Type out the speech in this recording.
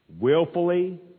willfully